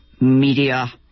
media